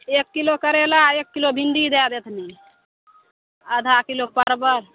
एक किलो करैला एक किलो भिण्डी दै देथिन आधा किलो परबल